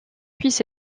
puisse